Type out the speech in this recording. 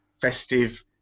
festive